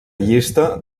llista